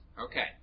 Okay